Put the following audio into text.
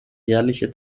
jährliche